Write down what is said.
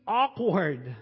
awkward